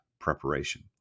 preparation